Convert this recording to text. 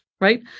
right